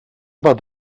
about